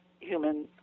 human